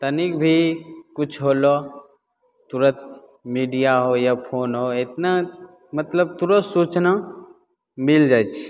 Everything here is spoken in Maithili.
तनिक भी किछु होलऽ तुरन्त मीडिआ हो या फोन हो एतना मतलब तुरन्त सूचना मिलि जाइ छै